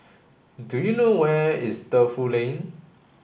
do you know where is Defu Lane